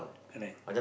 correct